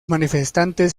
manifestantes